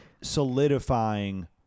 Solidifying